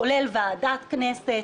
כולל ועדת הכנסת,